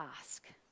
Ask